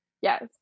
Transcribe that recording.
Yes